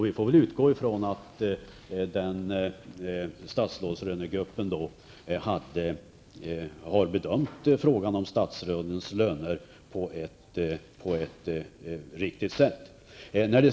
Vi får väl utgå från att denna statsrådslönenämnd har bedömt frågan om statsrådens löner på ett riktigt sätt.